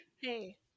Hey